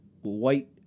white